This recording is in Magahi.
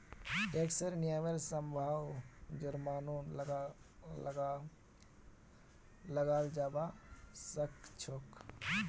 टैक्सेर नियमेर संगअ जुर्मानो लगाल जाबा सखछोक